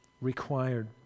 required